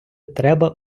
треба